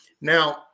Now